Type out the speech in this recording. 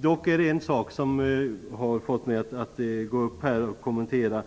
Dock är det en sak som har fått mig att gå upp i debatten.